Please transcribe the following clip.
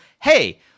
Hey